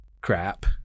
crap